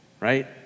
right